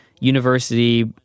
university